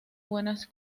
buenas